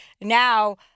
now